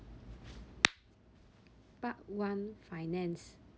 part one finance